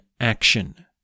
action